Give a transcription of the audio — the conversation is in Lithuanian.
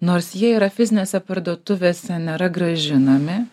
nors jie yra fizinėse parduotuvėse nėra grąžinami